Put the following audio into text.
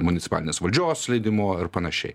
manicipalinės valdžios leidimu ar panašiai